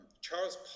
Charles